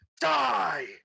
die